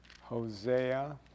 Hosea